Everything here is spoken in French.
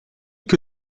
que